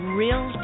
real